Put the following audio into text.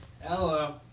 Hello